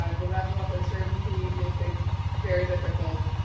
um the level of uncertainty makes it very difficult,